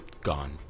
gone